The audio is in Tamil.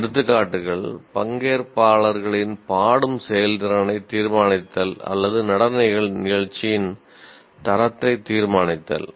சில எடுத்துக்காட்டுகள் பங்கேற்பாளர்களின் பாடும் செயல்திறனை தீர்மானித்தல் அல்லது நடன நிகழ்ச்சியின் தரத்தை தீர்மானித்தல்